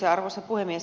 arvoisa puhemies